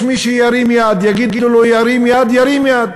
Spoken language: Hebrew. יש מי שירים יד, יגידו לו להרים יד, ירים יד.